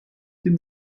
den